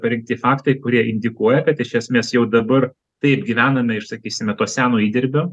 parinkti faktai kurie indikuoja kad iš esmės jau dabar taip gyvename iš sakysime to seno įdirbio